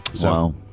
Wow